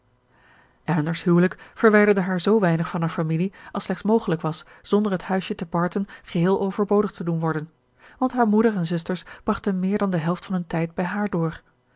elinor's huwelijk verwijderde haar zoo weinig van haar familie als slechts mogelijk was zonder het huisje te barton geheel overbodig te doen worden want haar moeder en zusters brachten meer dan de helft van hun tijd bij haar door